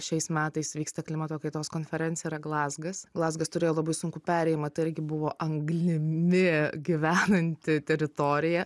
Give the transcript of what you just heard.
šiais metais vyksta klimato kaitos konferencija yra glazgas glazgas turėjo labai sunkų perėjimą tai irgi buvo anglimi gyvenanti teritorija